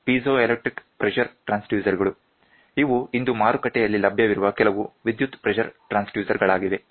piezoelectric pressure transducer ಗಳು ಇವು ಇಂದು ಮಾರುಕಟ್ಟೆಯಲ್ಲಿ ಲಭ್ಯವಿರುವ ಕೆಲವು ವಿದ್ಯುತ್ ಪ್ರೆಷರ್ ಟ್ರಾನ್ಸ್ಡ್ಯೂಸರ್ ಗಳಾಗಿವೆ